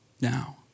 Now